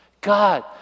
God